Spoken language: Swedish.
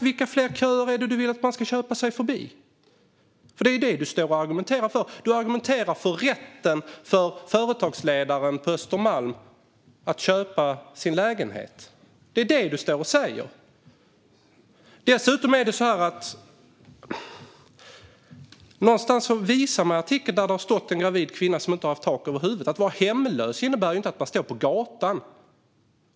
Vilka fler köer är det du vill att man ska köpa sig förbi, Momodou Malcolm Jallow? Det är ju det du står här och argumenterar för. Du argumenterar för rätten för företagsledaren på Östermalm att köpa sin lägenhet; det är det du gör. Dessutom visar du en artikel där det står om en gravid kvinna som inte har tak över huvudet. Att vara hemlös innebär ju inte att man står på gatan.